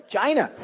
China